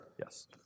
Yes